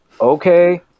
okay